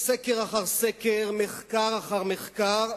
סקר אחר סקר, מחקר אחר מחקר,